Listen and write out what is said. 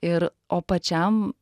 ir o pačiam